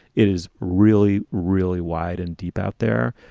it is really, really wide and deep out there.